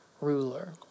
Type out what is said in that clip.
ruler